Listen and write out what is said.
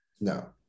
No